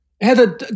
Heather